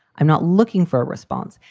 i'm not looking for a response.